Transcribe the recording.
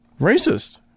Racist